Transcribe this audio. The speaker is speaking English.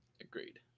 Agreed